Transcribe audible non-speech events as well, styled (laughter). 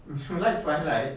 (laughs) you like twilight